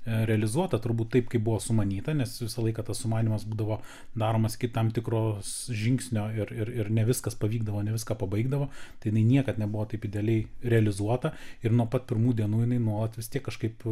realizuota turbūt taip kaip buvo sumanyta nes visą laiką tas sumanymas būdavo daromas iki tikros žingsnio ir ir ne viskas pavykdavo ne viską pabaigdavo tai jinai niekad nebuvo taip idealiai realizuota ir nuo pat pirmų dienų jinai nuolat vis tiek kažkaip